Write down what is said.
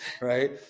right